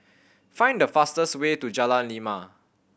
find the fastest way to Jalan Lima